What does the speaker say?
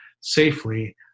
safely